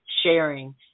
sharing